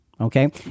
Okay